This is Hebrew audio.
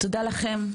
תודה לכם.